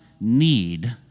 need